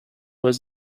was